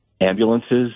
ambulances